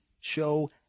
show